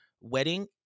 wedding